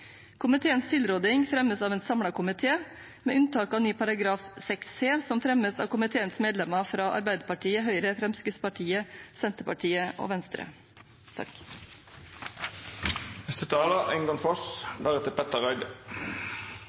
Komiteens tilråding fremmes av en samlet komité, med unntak av ny § 6 c, som fremmes av komiteens medlemmer fra Arbeiderpartiet, Høyre, Fremskrittspartiet, Senterpartiet og Venstre.